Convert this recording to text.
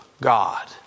God